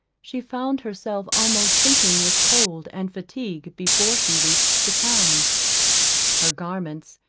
she found herself almost sinking with cold and fatigue before she reached the town her garments,